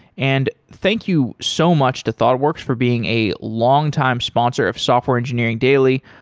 and thank you so much to thoughtworks for being a longtime sponsor of software engineering daily.